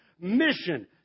mission